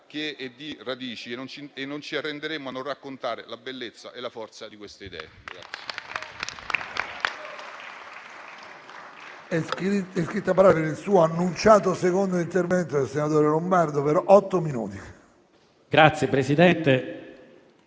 proprie radici e non ci arrenderemo a non raccontare la bellezza e la forza di queste idee.